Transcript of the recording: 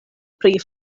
pri